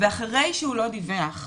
ואחרי שהוא לא דיווח,